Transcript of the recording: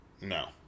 No